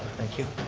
thank you.